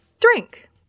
drink